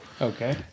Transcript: Okay